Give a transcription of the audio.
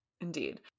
Indeed